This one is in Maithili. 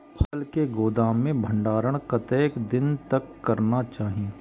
फसल के गोदाम में भंडारण कतेक दिन तक करना चाही?